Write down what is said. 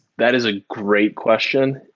that is a great question,